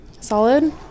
Solid